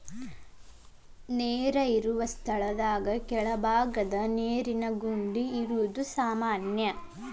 ನೇರ ಇರು ಸ್ಥಳದಾಗ ಕೆಳಬಾಗದ ನೇರಿನ ಗುಂಡಿ ಇರುದು ಸಾಮಾನ್ಯಾ